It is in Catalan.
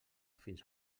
fins